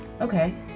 Okay